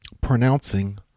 pronouncing